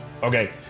Okay